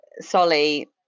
Solly